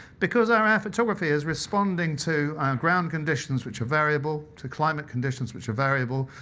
because our air photography is responding to ground conditions which are variable, to climate conditions which are variable,